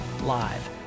live